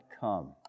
come